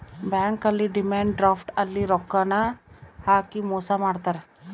bank ಅಲ್ಲಿ demand draft ಅಲ್ಲಿ ರೊಕ್ಕ ಹಾಕಿ ಮೋಸ ಮಾಡ್ತಾರ